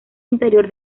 interior